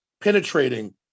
penetrating